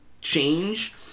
change